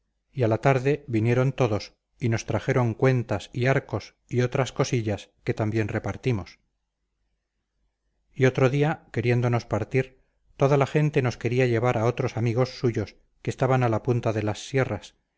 y a la tarde vinieron todos y nos trajeron cuentas y arcos y otras cosillas que también repartimos y otro día queriéndonos partir toda la gente nos quería llevar a otros amigos suyos que estaban a la punta de las sierras